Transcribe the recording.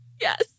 Yes